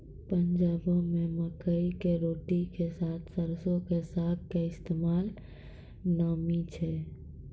पंजाबो मे मकई के रोटी के साथे सरसो के साग के इस्तेमाल नामी छै